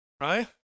Right